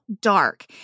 dark